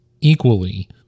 equally